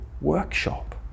Workshop